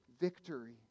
victory